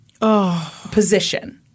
position